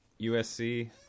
USC